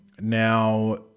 Now